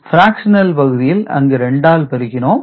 fractional பகுதியில் அங்கு 2 ஆல் பெருக்கினோம்